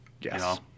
Yes